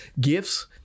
gifts